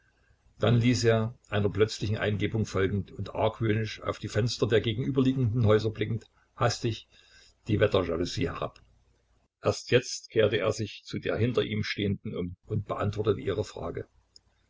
dann ließ er einer plötzlichen eingebung folgend und argwöhnisch auf die fenster der gegenüberliegenden häuser blickend hastig die wetterjalousie herab erst jetzt kehrte er sich zu der hinter ihm stehenden um und beantwortete ihre frage